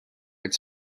its